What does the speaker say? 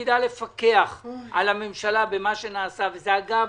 שתפקידה לפקח על הממשלה במה שנעשה אגב,